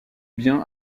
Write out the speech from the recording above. bien